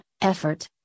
effort